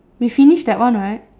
we finish that one right